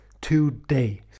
today